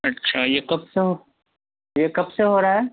اچھا یہ کب سے یہ کب سے ہو رہا ہے